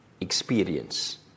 experience